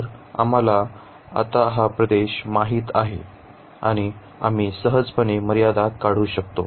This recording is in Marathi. तर आम्हाला आता हा प्रदेश माहित आहे आणि आम्ही सहजपणे मर्यादा काढू शकतो